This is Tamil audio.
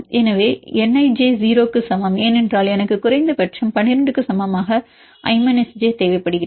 எனவே N ij 0 க்கு சமம் ஏனென்றால் எனக்கு குறைந்தபட்சம் 12 க்கு சமமாக i j தேவைப்படுகிறது